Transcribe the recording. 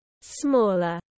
Smaller